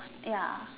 ya